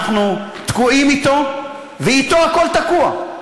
אנחנו תקועים אתו, ואתו הכול תקוע.